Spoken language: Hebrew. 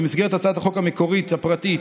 אם חלילה נגיע לרגע שבו נצטרך לחזור